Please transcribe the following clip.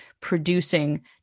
producing